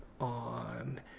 on